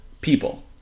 people